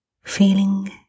feeling